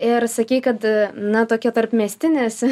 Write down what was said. ir sakei kad na tokia tarpmiestinė esi